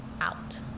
out